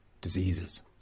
diseases